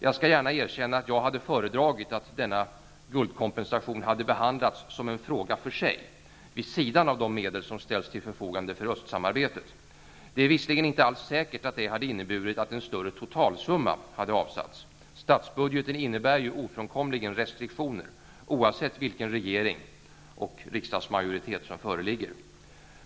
Jag skall gärna erkänna att jag hade föredragit att denna guldkompensation hade behandlats som en fråga för sig, vid sidan av de medel som ställts till förfogande för östsamarbetet. Det är visserligen inte alls säkert att detta hade inneburit att en större totalsumma hade avsatts. Statsbudgeten innebär ju ofrånkomligen restriktioner, oavsett vilken regering det är och vilken riksdagsmajoritet som föreligger.